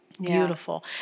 beautiful